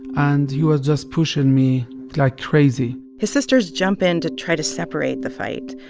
and he was just pushing me like crazy his sisters jump in to try to separate the fight.